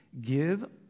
give